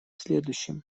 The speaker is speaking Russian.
следующем